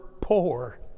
poor